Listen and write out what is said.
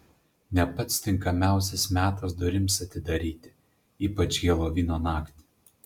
ne pats tinkamiausias metas durims atidaryti ypač helovino naktį